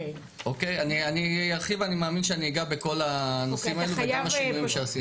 אני מאמין שאני אגע בכל הנושאים האלו וגם בשינויים שעשינו.